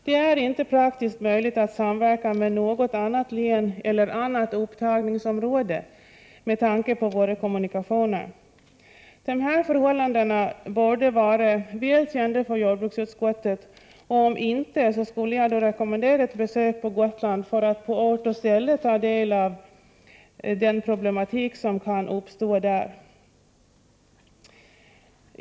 Det är inte praktiskt möjligt att samverka med något annat län eller annat upptagningsområde med tanke på våra kommunikationer. Dessa förhållanden borde vara välkända för jordbruksutskottet, och om det inte är så rekommenderar jag ett besök på Gotland för att på ort och ställe ta del av de problem som kan uppstå där.